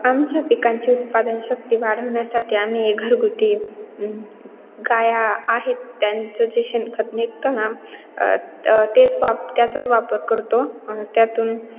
आमच्या पिकांची उत्पादन शक्ती वाढवण्यासाठी आम्ही घरगुती गायी आहेत त्यांचं जे शेणखत निघतं ना तेच वाप त्याचाच वापर करतो आणि त्यातून